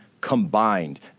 combined